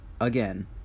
again